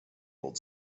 old